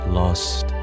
lost